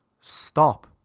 stop